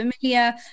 familiar